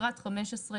פרט 15,